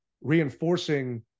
reinforcing